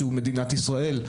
שזה מדינת ישראל.